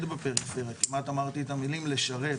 בפריפריה - כמעט אמרתי את המילה "לשרת",